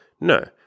No